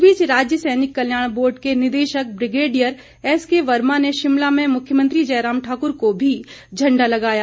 इस बीच राज्य सैनिक कल्याण बोर्ड के निदेशक ब्रिगेडियर एसकेवर्मा ने शिमला में मुख्यमंत्री जयराम ठाक्र को भी झण्डा लगाया